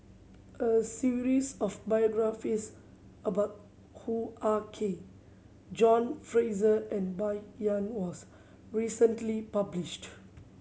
a series of biographies about Hoo Ah Kay John Fraser and Bai Yan was recently published